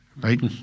right